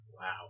Wow